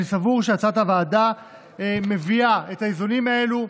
אני סבור שהצעת הוועדה מביאה את האיזונים האלה,